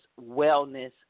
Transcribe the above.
Wellness